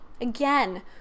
Again